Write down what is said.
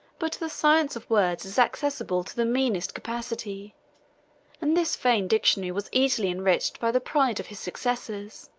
but the science of words is accessible to the meanest capacity and this vain dictionary was easily enriched by the pride of his successors.